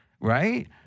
Right